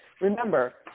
remember